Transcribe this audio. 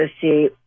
see